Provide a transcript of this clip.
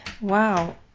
Wow